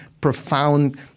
profound